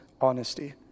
honesty